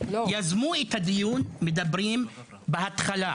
אלא יוזמי הדיון הם מדברים בהתחלה.